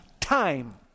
Time